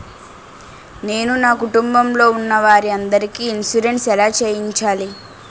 నేను నా కుటుంబం లొ ఉన్న వారి అందరికి ఇన్సురెన్స్ ఎలా చేయించాలి?